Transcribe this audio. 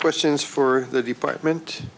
questions for the department